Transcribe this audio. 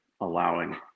allowing